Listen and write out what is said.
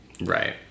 Right